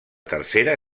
tercera